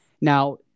Now